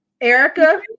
Erica